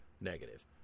negative